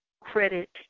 credit